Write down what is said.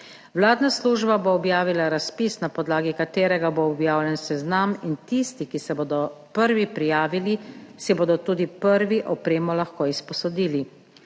Vladna služba bo objavila razpis, na podlagi katerega bo objavljen seznam, in tisti, ki se bodo prvi prijavili, si bodo tudi prvi opremo lahko izposodili.